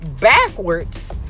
backwards